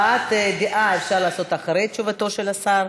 הבעת דעה אפשר לעשות אחרי תשובתו של השר.